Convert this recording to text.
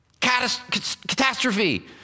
Catastrophe